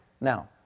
now